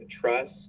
trust